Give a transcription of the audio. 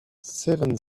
seven